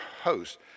host